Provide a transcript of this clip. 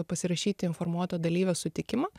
pasirašyti informuoto dalyvio sutikimą